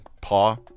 Paw